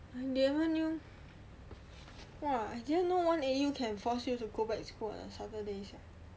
I never knew !wah! I didn't know one A_U can force back you to go back school on a saturday sia